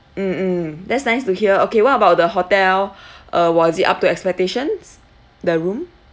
mm mm that's nice to hear okay what about the hotel uh was it up to expectations the room